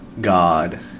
God